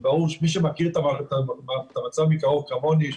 מי שמכיר את המערכת מקרוב כמוני,